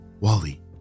Wally